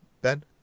Ben